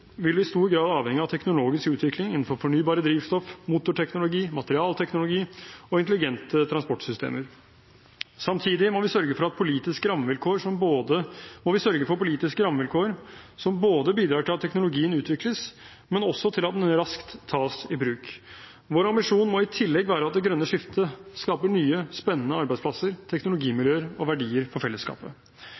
vil i stor grad avhenge av teknologisk utvikling innen fornybare drivstoff, motorteknologi, materialteknologi og intelligente transportsystemer. Samtidig må vi sørge for politiske rammevilkår som både bidrar til at teknologien utvikles, og også til at den raskt tas i bruk. Vår ambisjon må i tillegg være at det grønne skiftet skaper nye, spennende arbeidsplasser, teknologimiljøer og verdier for fellesskapet.